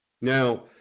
Now